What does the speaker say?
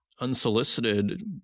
Unsolicited